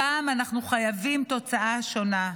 הפעם אנחנו חייבים תוצאה שונה.